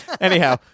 anyhow